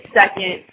second